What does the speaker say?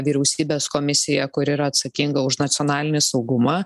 vyriausybės komisija kuri yra atsakinga už nacionalinį saugumą